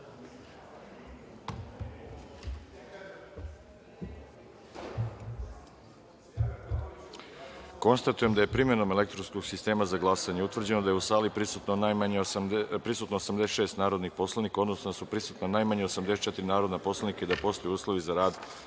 sistema. Konstatujem da je, primenom elektronskog sistema za glasanje, utvrđeno da je u sali prisutno 86 narodnih poslanika, odnosno da su prisutna najmanje 84 narodna poslanika i da postoje uslovi za rad